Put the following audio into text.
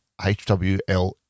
HWL